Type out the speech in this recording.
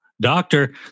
doctor